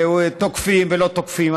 ותוקפים ולא תוקפים.